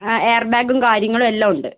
ആ എയർ ബാഗും കാര്യങ്ങളും എല്ലാം ഉണ്ട്